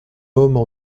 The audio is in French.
hommes